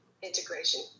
integration